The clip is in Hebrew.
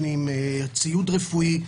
ציוד רפואי.